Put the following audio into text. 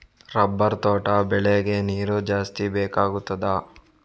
Rubber ತೋಟ ಬೆಳೆಗೆ ನೀರು ಜಾಸ್ತಿ ಬೇಕಾಗುತ್ತದಾ?